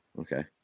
Okay